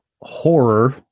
horror